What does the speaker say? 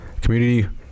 community